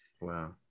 wow